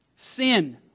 Sin